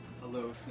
Hello